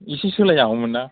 इसे सोलाय जागौमोन्दां